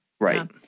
Right